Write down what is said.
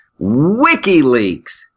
WikiLeaks